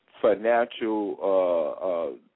financial